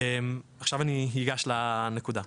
עכשיו אני אגש לנקודה.